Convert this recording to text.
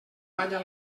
balla